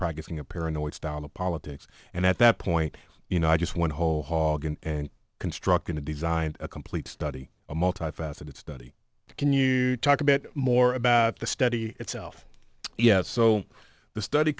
practicing a paranoid style of politics and at that point you know i just went whole hog and constructed to design a complete study a multi faceted study can you talk a bit more about the study itself yes so the study